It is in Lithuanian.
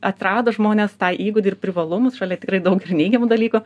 atrado žmonės tą įgūdį ir privalumus šalia tikrai daug neigiamų dalykų